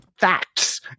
facts